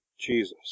jesus